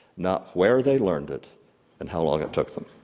not where they learned it and how long it took them.